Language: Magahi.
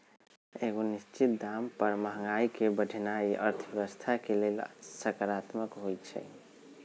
एगो निश्चित दाम पर महंगाई के बढ़ेनाइ अर्थव्यवस्था के लेल सकारात्मक होइ छइ